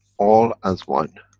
all as one,